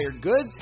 goods